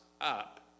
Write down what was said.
up